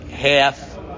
Half